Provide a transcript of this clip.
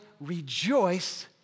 rejoice